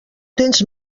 tens